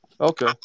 Okay